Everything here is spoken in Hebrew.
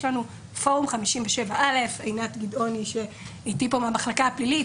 יש לנו את פורום 57א עינת גדעון מהמחלקה הפלילית,